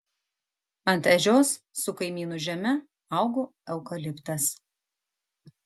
ant ežios su kaimynų žeme augo eukaliptas